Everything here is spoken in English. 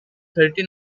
thirty